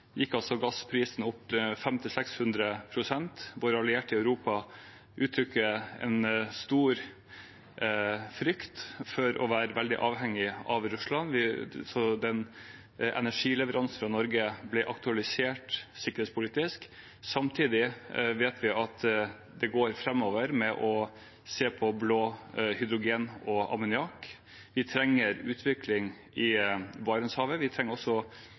gikk altså gassprisen opp med 500–600 pst. Våre allierte i Europa uttrykker en stor frykt for å være veldig avhengig av Russland, så energileveransen fra Norge er blitt aktualisert sikkerhetspolitisk. Samtidig vet vi at det går framover med å se på blått hydrogen og ammoniakk. Vi trenger utvikling i Barentshavet, og vi trenger